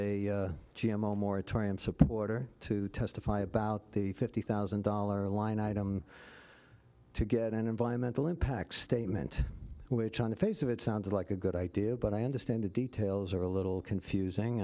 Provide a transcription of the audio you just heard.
moratoriums supporter to testify about the fifty thousand dollar a line item to get an environmental impact statement which on the face of it sounds like a good idea but i understand the details are a little confusing